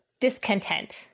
discontent